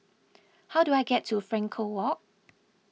how do I get to Frankel Walk